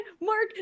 Mark